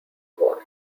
war